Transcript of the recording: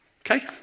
Okay